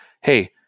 hey